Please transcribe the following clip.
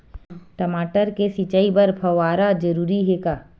टमाटर के सिंचाई बर फव्वारा जरूरी हे का?